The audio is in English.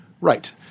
Right